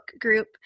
group